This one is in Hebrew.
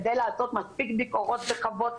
כדי לעשות מספיק ביקורות בחוות,